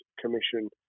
Commission